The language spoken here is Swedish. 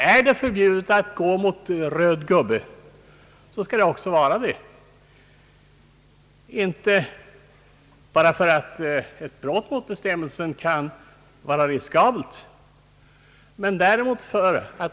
är det förbjudet att gå mot röd gubbe, skall det också vara det, inte bara för att ett brott mot bestämmelsen kan vara riskabelt.